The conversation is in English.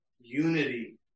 unity